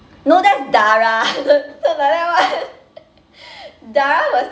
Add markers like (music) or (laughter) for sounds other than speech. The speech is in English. no that's dara (laughs) the like that [one] dara was